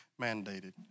mandated